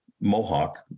Mohawk